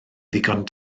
ddigon